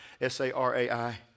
S-A-R-A-I